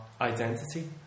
identity